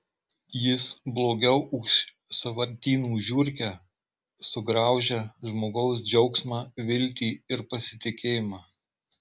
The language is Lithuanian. jis blogiau už sąvartynų žiurkę sugraužia žmogaus džiaugsmą viltį ir pasitikėjimą